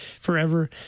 forever